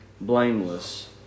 blameless